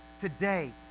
today